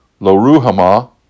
Loruhama